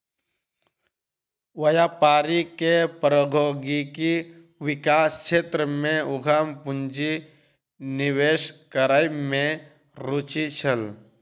व्यापारी के प्रौद्योगिकी विकास क्षेत्र में उद्यम पूंजी निवेश करै में रूचि छल